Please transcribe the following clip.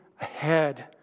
ahead